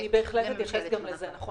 אני בהחלט אתייחס גם לזה, נכון.